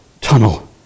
tunnel